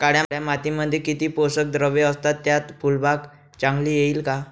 काळ्या मातीमध्ये किती पोषक द्रव्ये असतात, त्यात फुलबाग चांगली येईल का?